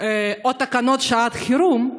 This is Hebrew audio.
או תקנות שעת חירום,